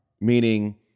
meaning